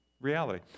reality